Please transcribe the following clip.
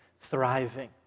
thriving